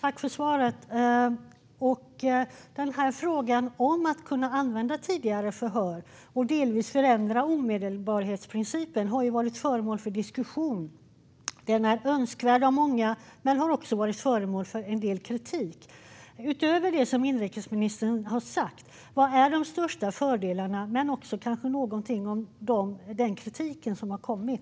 Herr talman! Frågan om att kunna använda tidigare förhör och delvis förändra omedelbarhetsprincipen har ju varit föremål för diskussion. Den är önskad av många men har också varit föremål för en del kritik. Utöver det som inrikesministern har sagt, vilka är de största fördelarna? Ministern kan också gärna säga någonting om den kritik som har kommit.